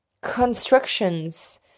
constructions